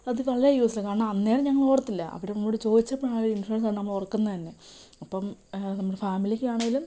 അത് വളരെ യൂസാണ് കാരണം അന്നേരം ഞങ്ങള് ഓർത്തില്ല അവരും കൂടി ചോദിച്ചപ്പഴാണ് ആ ഒരു ഇൻഷുറൻസ് ഉണ്ടെന്ന് നമ്മള് ഓർക്കുന്നെ തന്നെ അപ്പം നമ്മള ഫാമിലിക്ക് ആണേലും